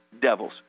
devils